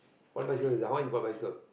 what bicycle is that how much you bought bicycle